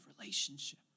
relationship